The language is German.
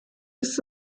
ist